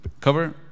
cover